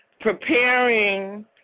preparing